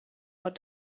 what